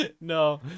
No